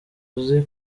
uzi